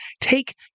take